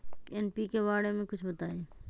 NPK बारे म कुछ बताई?